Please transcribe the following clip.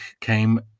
came